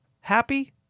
Happy